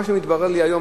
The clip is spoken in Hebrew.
מה שמתברר לי היום,